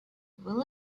will